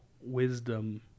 wisdom